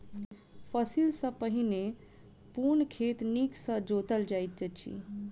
फसिल सॅ पहिने पूर्ण खेत नीक सॅ जोतल जाइत अछि